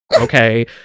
okay